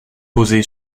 posé